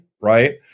Right